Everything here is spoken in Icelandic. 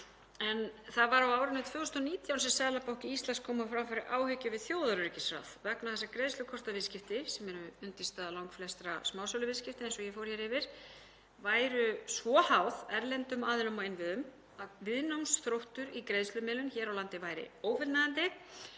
Það var á árinu 2019 sem Seðlabanki Íslands kom á framfæri áhyggjum við þjóðaröryggisráð vegna þess að greiðslukortaviðskipti, sem eru undirstaða langflestra smásöluviðskipta eins og ég fór hér yfir, væru svo háð erlendum aðilum og innviðum að viðnámsþróttur í greiðslumiðlun hér á landi væri óviðunandi